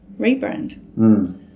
rebrand